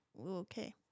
Okay